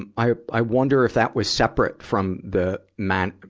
and i, i wonder if that was separate from the man,